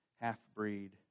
half-breed